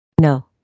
No